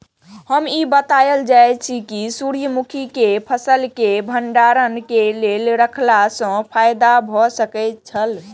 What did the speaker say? हमरा ई बतायल जाए जे सूर्य मुखी केय फसल केय भंडारण केय के रखला सं फायदा भ सकेय छल?